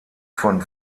von